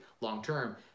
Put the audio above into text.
long-term